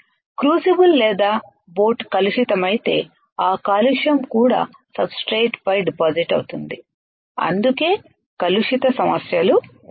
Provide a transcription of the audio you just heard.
crucible లేదా boat కలుషితమైతే ఆ కాలుష్యం కూడా సబ్ స్ట్రేట్ పై డిపాజిట్ అవుతుంది అందుకే కలుషిత సమస్యలు ఉన్నాయి